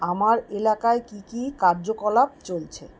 আমার এলাকায় কী কী কার্যকলাপ চলছে